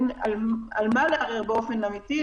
אין מה לערער באופן אמיתי.